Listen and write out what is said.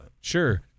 Sure